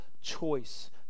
choice